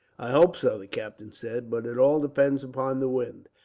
i hope so, the captain said, but it all depends upon the wind.